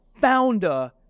founder